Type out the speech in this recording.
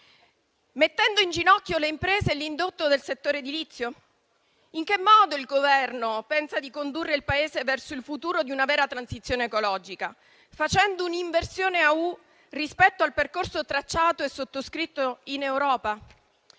Mettendo in ginocchio le imprese e l'indotto del settore edilizio? In che modo il Governo pensa di condurre il Paese verso il futuro di una vera transizione ecologica? Facendo un'inversione a U rispetto al percorso tracciato e sottoscritto in Europa?